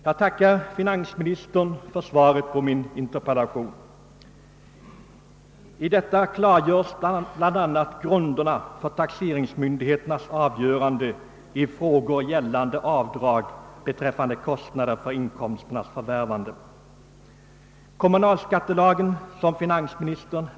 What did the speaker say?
Jag tackar finansministern för svaret på min interpellation. I detta klargörs bl.a. grunderna för taxeringsmyndigheternas avgöranden i frågor gällande avdrag beträffande kostnader för inkomsternas förvärvande. Kommunalskattelagen, som finansministern.